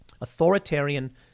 Authoritarian